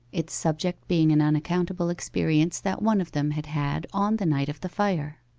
its subject being an unaccountable experience that one of them had had on the night of the fire.